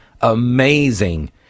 amazing